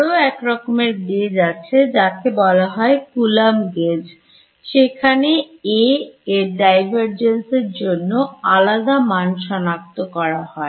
আরো এক রকমের Gauge আছে যাকে বলা হয় Coulomb Gauge যেখানে A এর Divergence এর জন্য আলাদা মান সনাক্ত করা হয়